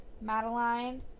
Madeline